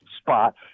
spot